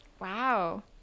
Wow